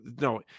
No